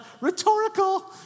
Rhetorical